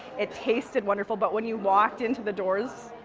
it tasted wonderful but when you walked into the doors,